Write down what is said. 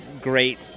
great